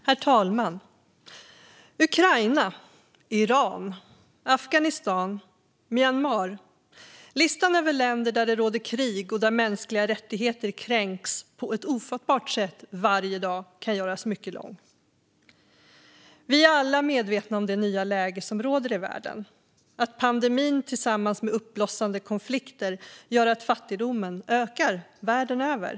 Herr talman! Ukraina, Iran, Afghanistan, Myanmar - listan över länder där det råder krig och där mänskliga rättigheter kränks på ett ofattbart sätt varje dag kan göras mycket lång. Vi är alla medvetna om det nya läge som råder i världen. Vi vet att pandemin tillsammans med uppblossande konflikter gör att fattigdomen ökar världen över.